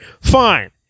Fine